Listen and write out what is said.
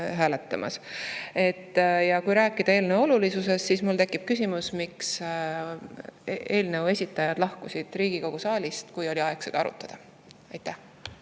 hääletamas. Ja kui rääkida eelnõu olulisusest, siis mul tekib küsimus, miks eelnõu esitajad lahkusid Riigikogu saalist, kui oli aeg seda arutada.